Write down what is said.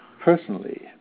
personally